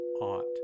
ought